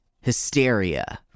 Hysteria